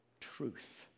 truth